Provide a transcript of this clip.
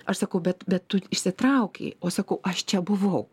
aš sakau bet bet tu išsitraukei o sakau aš čia buvau